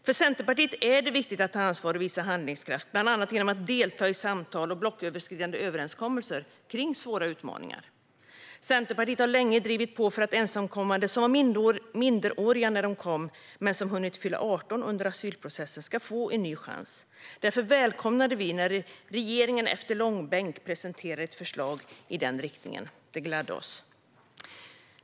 För Centerpartiet är det viktigt att ta ansvar och visa handlingskraft, bland annat genom att delta i samtal och blocköverskridande överenskommelser kring svåra utmaningar. Centerpartiet har länge drivit på för att ensamkommande som var minderåriga när de kom men som hunnit fylla 18 under asylprocessen ska få en ny chans. Därför välkomnade vi när regeringen efter långbänk presenterade ett förslag i den riktningen. Det gladde oss.